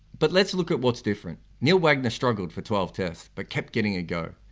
but let's look at what's different neil wagner struggled for twelve tests but kept getting a go.